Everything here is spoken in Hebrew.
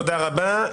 תודה רבה.